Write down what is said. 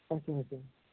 اچھا اچھا